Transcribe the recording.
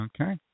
Okay